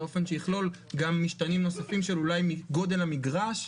באופן שיכלול גם משתנים נוספים של אולי גודל המגרש.